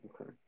okay